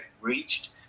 reached